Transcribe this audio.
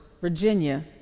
Virginia